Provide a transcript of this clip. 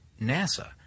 NASA